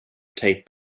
tape